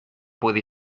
puede